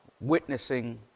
witnessing